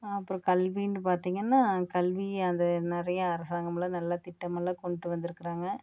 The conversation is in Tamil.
அப்புறம் கல்வின்னு பார்த்தீங்கன்னா கல்வி அந்த நிறையா அரசாங்கமெல்லாம் நல்ல திட்டமெல்லாம் கொண்டுகிட்டு வந்துருக்கிறாங்க